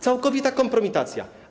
Całkowita kompromitacja.